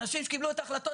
אנשים שקיבלו את ההחלטות,